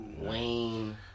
Wayne